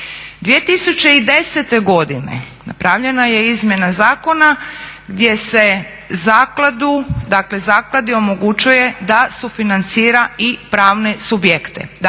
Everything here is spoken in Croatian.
2010.godine napravljena je izmjena zakona gdje se zakladi omogućuje da sufinancira i pravne subjekte.